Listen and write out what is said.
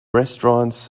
restaurants